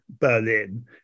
Berlin